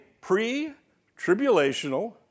pre-Tribulational